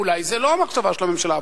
אולי זו לא המחשבה של הממשלה,